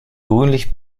grünlich